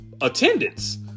attendance